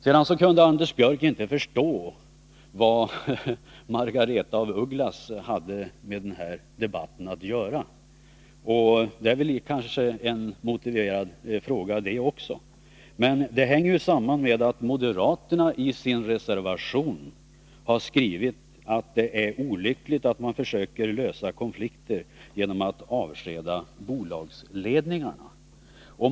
Sedan kunde Anders Björck inte förstå vad Margaretha af Ugglas hade med den här debatten att göra. Det är kanske en motiverad fråga det också. Men det hänger ju samman med att moderaterna i sin reservation har skrivit att det är olyckligt att man försöker lösa konflikter genom att avskeda bolagsledningarna.